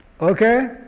Okay